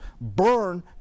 burn